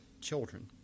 children